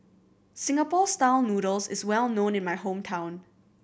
Singapore Style Noodles is well known in my hometown